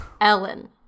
Ellen